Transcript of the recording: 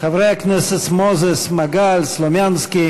את השר חיים כץ לשולחן הממשלה,